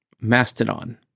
Mastodon